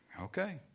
okay